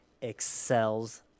excels